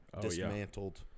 dismantled